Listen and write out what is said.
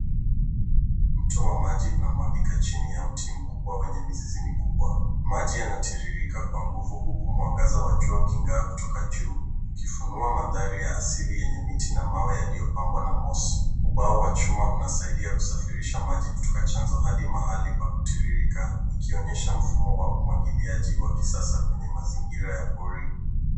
Mto wa maji unamwagika chini ya mti mkubwa wenye mizizi mikubwa. Maji yanatiririka kwa nguvu huku mwangaza wa jua uking'aa kutoka juu ukifunua mandhari ya asili yenye miti na mawe yaliyopambwa na moshi. Ubao wachuma unasaidia kusafirisha maji kutoka chanzo hadi mahali pa kutiririka. Ikionyesha mfumo wa umwagiliaji wa kisasa kwenye mazingira ya pori